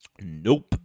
Nope